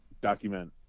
document